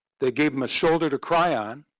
they gave them a shoulder to cry on,